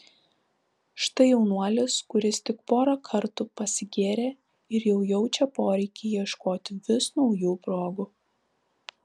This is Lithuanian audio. štai jaunuolis kuris tik porą kartų pasigėrė ir jau jaučia poreikį ieškoti vis naujų progų